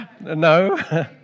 No